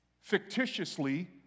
fictitiously